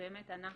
שבאמת אנחנו,